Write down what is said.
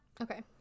okay